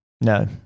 No